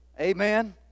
Amen